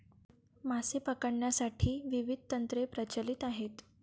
मासे पकडण्यासाठी विविध तंत्रे प्रचलित आहेत